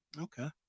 okay